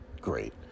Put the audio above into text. great